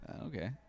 Okay